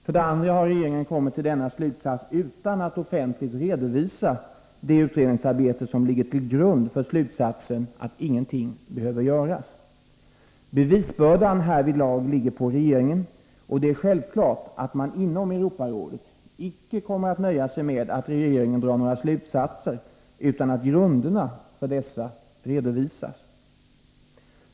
För det andra har regeringen kommit till denna slutsats utan att offentligt redovisa det utredningsarbete som ligger till grund för slutsatsen att ingenting behöver göras. Bevisbördan härvidlag ligger på regeringen, och det är självklart att man inom Europarådet icke kommer att nöja sig med att regeringen drar några slutsatser utan att grunderna för dessa redovisas.